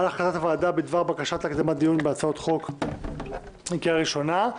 --- הוועדה בדבר הקדמת דיון בהצעות חוק לקריאה ראשונה.